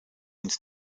ins